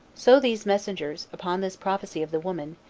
so these messengers, upon this prophecy of the woman,